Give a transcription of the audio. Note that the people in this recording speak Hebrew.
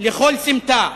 לכל סמטה,